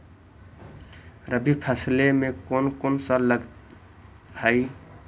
रबी फैसले मे कोन कोन सा लगता हाइय?